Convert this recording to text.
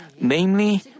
namely